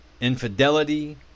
infidelity